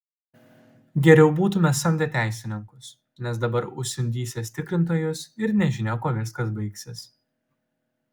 geriau būtume samdę teisininkus nes dabar užsiundysiąs tikrintojus ir nežinia kuo viskas baigsis